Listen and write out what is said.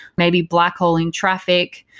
maybe black holing traffic.